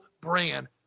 brand